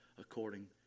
according